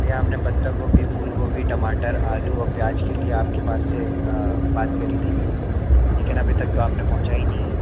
भैया हमने पत्तागोभी फूलगोभी टमाटर आलू और प्याज़ के लिए आपके पास से बात करी थी लेकिन अभी तक तो आपने पहुँचाई नहीं है